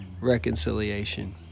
reconciliation